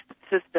system